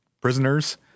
prisoners